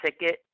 ticket